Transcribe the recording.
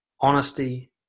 honesty